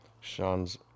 Sean's